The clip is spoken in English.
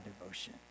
devotion